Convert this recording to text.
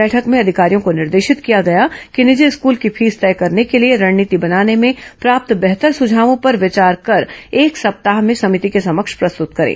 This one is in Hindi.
बैठक में अधिकारियों को निर्देशित किया गया कि निजी स्कूल की फीस तय करने के लिए रणनीति बनाने में प्राप्त बेहतर सुझावों पर विचार कर एक सप्ताह में समिति के समक्ष प्रस्तुत करें